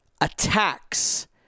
attacks